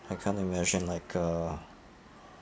I can't imagine like uh